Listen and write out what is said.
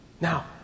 Now